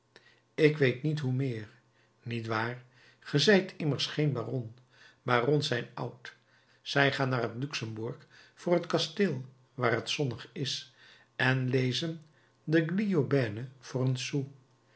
ik weet niet hoe meer niet waar ge zijt immers geen baron barons zijn oud zij gaan naar het luxembourg voor het kasteel waar t zonnig is en lezen de gliobienne voor een sou